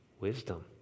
wisdom